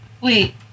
Wait